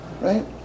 Right